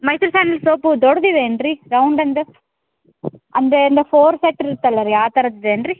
Mysuru sandal soap ದೊಡ್ದು ಇದೇನು ರೀ ರೌಂಡಂದು ಅಂದ್ರೆ ಅಂದ ಫೋರ್ ಫ್ಯಾಟ್ರಿ ಇರುತ್ತಲ್ಲ ರೀ ಆ ಥರದ್ದು ಏನು ರೀ